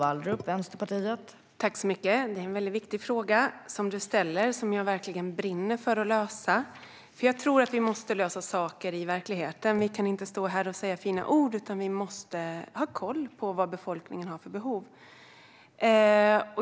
Fru talman! Du ställer en viktig fråga, Jimmy Ståhl, som jag verkligen brinner för att lösa. Vi måste lösa saker i verkligheten. Vi kan inte stå här och säga fina ord, utan vi måste ha koll på vad befolkningen har för behov.